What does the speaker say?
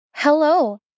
Hello